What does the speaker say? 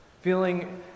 feeling